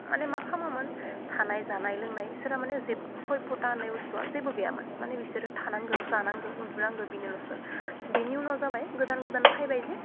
मानि मा खामोमोन थानाय जानाय लोंनाय इसोरा माने जेब सय बटा होननाय बुस्थु जेबो गैयामोन माने बिसोरो थानांगो जानांगो उन्दुनांगो बिनोलसो बेनि उनाव जाबाय गोदान गोदान फायबाय जे